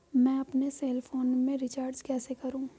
मैं अपने cell phone में रिचार्ज कैसे करूँ?